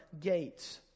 gates